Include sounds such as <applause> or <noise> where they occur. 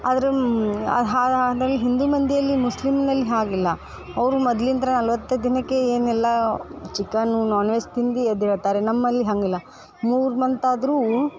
ಆದ್ರೆ <unintelligible> ಹಿಂದು ಮಂದಿಯಲ್ಲಿ ಮುಸ್ಲಿಂನಲ್ಲಿ ಹಾಗಿಲ್ಲ ಅವರು ಮೊದಲಿನ್ತ್ರ ನಲ್ವತ್ತು ದಿನಕ್ಕೆ ಏನೆಲ್ಲ ಚಿಕನು ನಾನ್ ವೆಜ್ ತಿಂದು ಎದ್ದೇಳ್ತಾರೆ ನಮ್ಮಲ್ಲಿ ಹಾಗಿಲ್ಲ ಮೂರು ಮಂತ್ ಆದರೂ